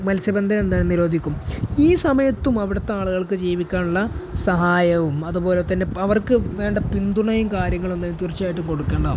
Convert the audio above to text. മത്സ്യബന്ധനം എന്താണ് നിരോധിക്കും ഈ സമയത്തും അവിടുത്തെ ആളുകൾക്ക് ജീവിക്കാനുള്ള സഹായവും അതുപോലെ തന്നെ അവർക്ക് വേണ്ട പിന്തുണയും കാര്യങ്ങളുമെല്ലാം തീർച്ചയായിട്ടും കൊടുക്കേണ്ടതാണ്